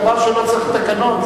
זה דבר שלא צריך תקנון.